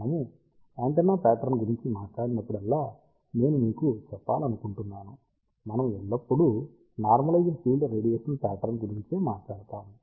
మనము antenna pattern గురించి మాట్లాడినప్పుడల్లా నేను మీకు చెప్పాలనుకుంటున్నాను మనము ఎల్లప్పుడూ నార్మలైజ్డ్ ఫీల్డ్ రేడియేషన్ ప్యాట్రన్ గురించే మాట్లాడతాము